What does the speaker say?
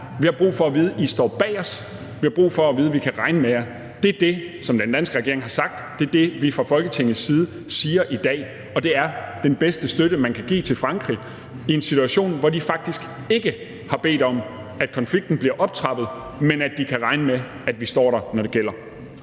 vi har brug for at vide, at I står bag os. Vi har brug for at vide, at vi kan regne med jer. Det er det, som den danske regering har sagt, og det er det, vi fra Folketingets side siger i dag. Den bedste støtte, man kan give til Frankrig i en situation, hvor de faktisk ikke har bedt om, at konflikten bliver optrappet, er, at de kan regne med, at vi står der, når det gælder.